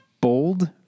bold